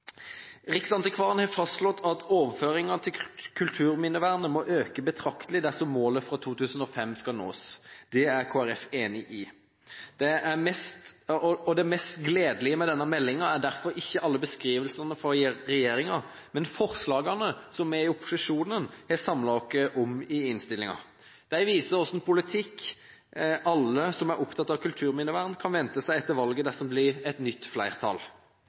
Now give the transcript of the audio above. Riksantikvaren har fastslått at overføringene til kulturminnevernet må øke betraktelig dersom målet fra 2005 skal nås. Det er Kristelig Folkeparti enig i. Det mest gledelige med denne meldingen er derfor ikke alle beskrivelsene fra regjeringen, men forslagene som vi i opposisjonen har samlet oss om i innstillingen. De viser hvilken politikk alle som er opptatt av kulturminnevern, kan vente seg etter valget hvis det blir et nytt flertall.